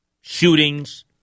shootings